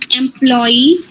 employee